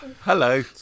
Hello